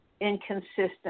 inconsistent